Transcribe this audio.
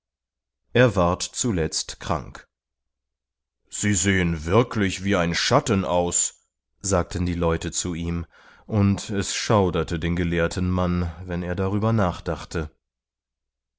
er ward zuletzt krank sie sehen wirklich wie ein schatten aus sagten die leute zu ihm und es schauderte den gelehrten mann wenn er darüber nachdachte